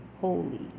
holy